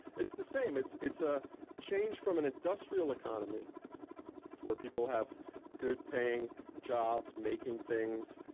it's the same. it's it's a change from an industrial economy where people have good paying jobs making things,